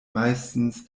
meistens